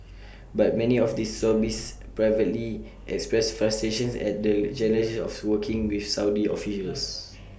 but many of those lobbyists privately express frustration at the challenges of working with Saudi officials